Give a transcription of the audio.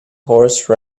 horse